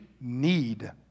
need